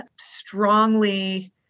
strongly